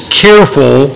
careful